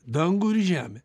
dangų ir žemę